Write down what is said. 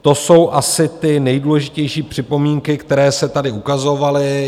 To jsou asi ty nejdůležitější připomínky, které se tady ukazovaly.